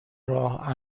راه